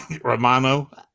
Romano